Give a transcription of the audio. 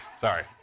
Sorry